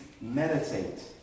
meditate